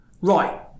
right